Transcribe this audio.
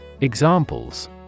Examples